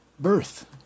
birth